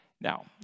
Now